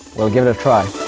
will give it a try!